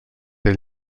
ell